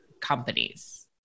companies